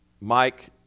mike